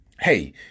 Hey